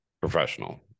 professional